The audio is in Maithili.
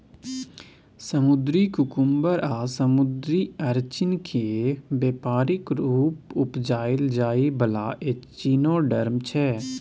समुद्री कुकुम्बर आ समुद्री अरचिन केँ बेपारिक रुप उपजाएल जाइ बला एचिनोडर्म छै